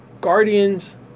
guardians